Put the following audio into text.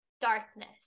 darkness